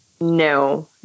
No